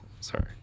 Sorry